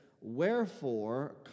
Wherefore